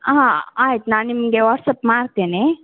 ಹಾಂ ಆಯ್ತು ನಾ ನಿಮಗೆ ವಾಟ್ಸ್ಅಪ್ ಮಾಡ್ತೇನೆ